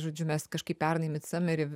žodžiu mes kažkaip pernai micamery ir